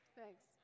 thanks